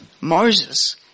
moses